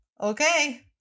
Okay